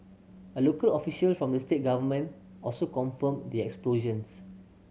a local official from the state government also confirmed the explosions